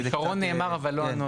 העיקרון נאמר אבל לא הנוסח.